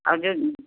और जो